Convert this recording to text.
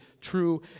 true